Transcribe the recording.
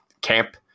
camp